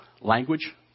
language